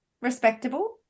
respectable